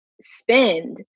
spend